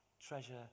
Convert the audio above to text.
treasure